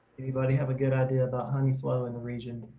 anybody have a good idea about honey flow in the region?